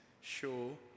show